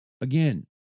Again